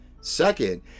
Second